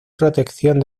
protección